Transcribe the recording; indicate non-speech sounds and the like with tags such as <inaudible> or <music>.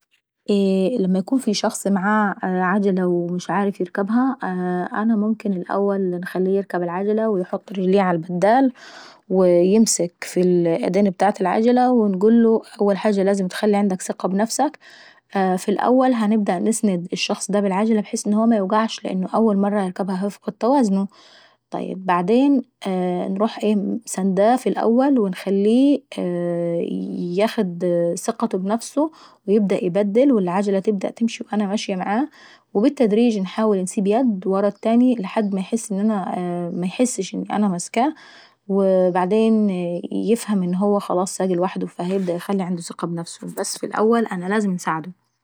<hesitation> لما ايون في شخص معاه عجلة ومش عارف يركبها انا ممكن انخليه يركب العجلة ويحط رجليه ع البدال. ويمسك في الايدين ونقوله اول حاجة لازم اتخلي عندك ثقة ابنفسك، اه في الأول لازم نسند الشخص دا بالعجلة لان اول مرة هيركبها هيفقد فيها توازنه. طيب بعدين انروح ايه سنداه في الاول ونخليه ياخد ثقته بنفسه ويبدا يبدل والعجلة تبدا تمشي وانا نمشي معاه وبالتدريج انحاول انسيب يد ورا التانيي لحد ميحسش ان انا ماسكاه، وبعدين يفهم ان هو خلاص سايق لوحده وياخد قة بنفسه. بس في الاول انا لازم انساعده.